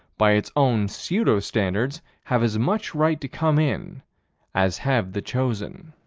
by its own pseudo-standards, have as much right to come in as have the chosen.